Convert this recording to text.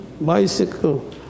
bicycle